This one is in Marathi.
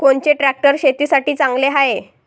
कोनचे ट्रॅक्टर शेतीसाठी चांगले हाये?